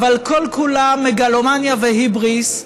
אבל כל-כולה מגלומניה והיבריס,